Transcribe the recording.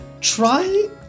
try